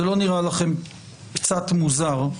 זה לא נראה לכם קצת מוזר.